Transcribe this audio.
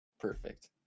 perfect